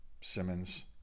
Simmons